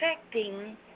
affecting